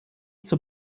zur